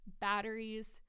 batteries